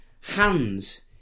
Hands